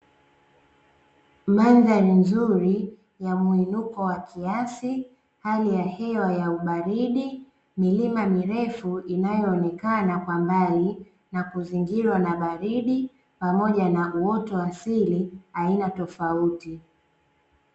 Mandhari nzuri ya mwinuko wa kiasi, hali ya hewa ya ubaridi, milima mirefu inayoonekana kwa mbali na kuzingirwa na baridi pamoja na uoto asili aina tofauti.